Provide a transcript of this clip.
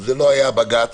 זה לא היה בג"ץ